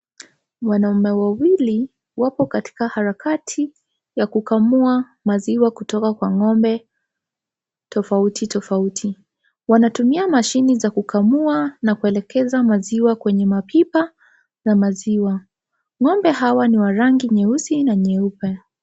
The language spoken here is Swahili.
Wanaume wawili wako katika harakati ya kukamua maziwa kutoka kwa ng'ombe tofauti tofauti ,wanatumia mashine za kukamua na kuelekeza maziwa kwenye mapipa la maziwa, ng'ombe hawa ni wa rangi nyeusi na nyeupe.